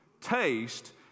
taste